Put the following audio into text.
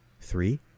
three